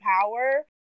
power